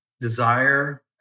desire